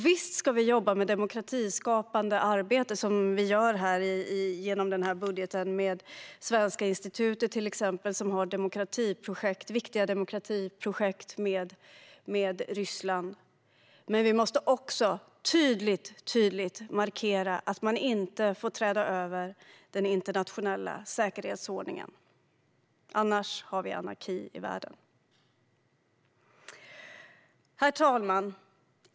Visst ska vi ägna oss åt demokratiskapande arbete, som vi gör genom denna budget med exempelvis Svenska institutet och deras viktiga demokratiprojekt med Ryssland. Men vi måste också mycket tydligt markera att man inte får träda över gränserna i den internationella säkerhetsordningen - annars har vi anarki i världen. Herr talman!